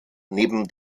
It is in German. neben